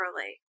early